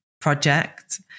project